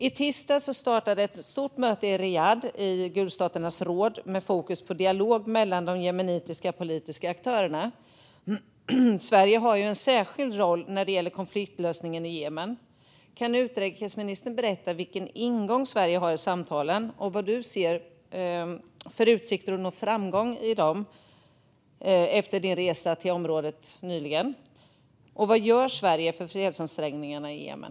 I tisdags startade ett stort möte i Riyadh i Gulfstaternas samarbetsråd med fokus på dialog mellan de jemenitiska politiska aktörerna. Sverige har en särskild roll när det gäller konfliktlösningen i Jemen. Kan utrikesministern berätta vilken ingång Sverige har i samtalen och vad du ser för utsikter att nå framgång i dem efter din resa till området nyligen? Och vad gör Sverige för fredsansträngningarna i Jemen?